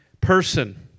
person